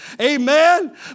Amen